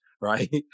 right